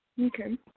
Okay